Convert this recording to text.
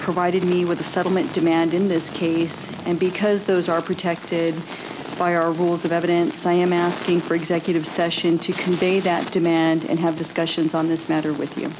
provided me with the settlement demand in this case and because those are protected by our rules of evidence i am asking for executive session to convey that demand and have discussions on this matter with you